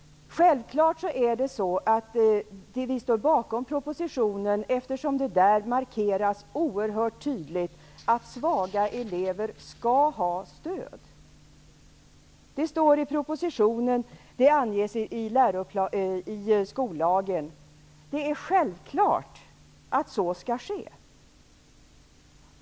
Självfallet står vi centerpartister bakom propositionen, eftersom det i den markeras oerhört tydligt att svaga elever skall få stöd. Det både står i propositionen och anges i skollagen. Det är självklart att så skall ske.